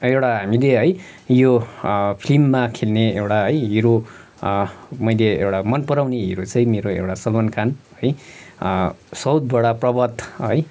एउटा हामीले है यो फ्लिममा खेल्ने एउटा है हिरो मैले एउटा मनपराउने हिरो चाहिँ मेरो एउटा सलमान खान है साउथबाट प्रभास है